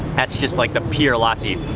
just like the pure lassi,